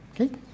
Okay